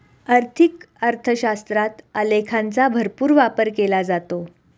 आर्थिक अर्थशास्त्रात आलेखांचा भरपूर वापर केला जातो